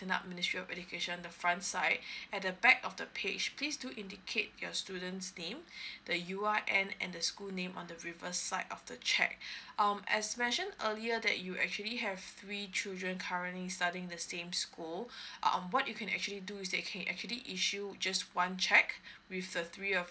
written up ministry of education the front side at the back of the page please do indicate your students name the U_R_N and the school name on the reverse side of the cheque um as mention earlier that you actually have three children currently studying the same school um what you can actually do is you can actually issue just one cheque with the three of